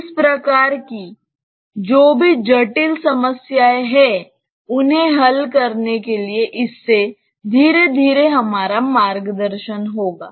इस प्रकार की जो भी जटिल समस्याएँ हैं उन्हें हल करने के लिए इससे धीरे धीरे हमारा मार्गदर्शन होगा